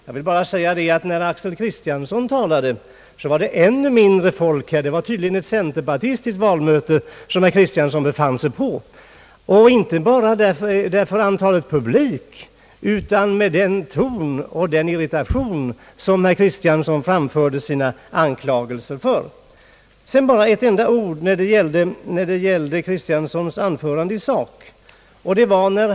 Jag vill bara säga att när herr Kristiansson talade var det ännu mindre folk här. Det var tydligen ett centerpartistiskt valmöte som herr Kristianson befann sig på. Jag syftar då inte bara på den fåtaliga publiken utan också på den ton och den irritation som kom till uttryck när herr Kristiansson framförde sina anklagelser. Sedan bara ett enda ord om herr Kristianssons anförande i sak.